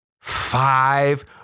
five